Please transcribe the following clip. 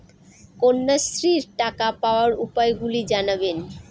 কন্যাশ্রীর টাকা পাওয়ার উপায়গুলি জানাবেন?